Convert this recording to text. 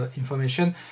information